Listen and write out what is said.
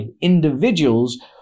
individuals